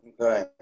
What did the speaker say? Okay